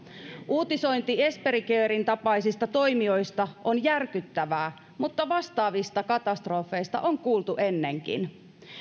uutisointi esperi caren tapaisista toimijoista on järkyttävää mutta vastaavista katastrofeista on kuultu ennenkin